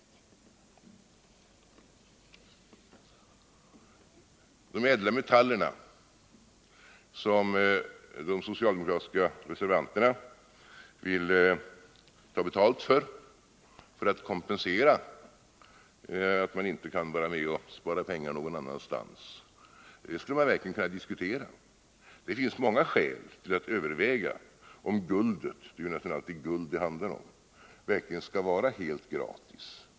Denna fråga om de ädla metallerna, som de socialdemokratiska reservanterna vill ha betalt för för att kompensera att man inte kan spara pengar någon annanstans, skulle verkligen kunna diskuteras. Det finns många skäl för att överväga om guldet — det handlar nästan alltid om guld — verkligen skall vara helt gratis.